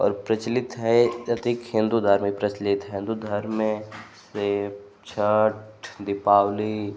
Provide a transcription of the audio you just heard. और प्रचलित है अधिक हिन्दू धर्म ही प्रचलित है हिन्दू धर्म में यह छठ दीपावली